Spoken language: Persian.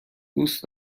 دوست